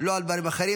לא על דברים אחרים.